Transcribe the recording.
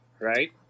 right